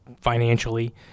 financially